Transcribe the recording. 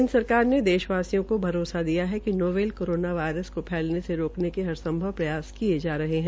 केन्द्र सरकार ने देश वासियों को भरोसा दिलाया है कि नोवेल कोरोना वायरस को फैलने से रोकने के हर संभव प्रयास कर किये जा रहे है